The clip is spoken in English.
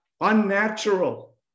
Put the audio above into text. unnatural